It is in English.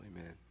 amen